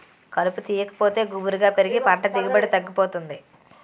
కలుపు తీయాకపోతే గుబురుగా పెరిగి పంట దిగుబడి తగ్గిపోతుంది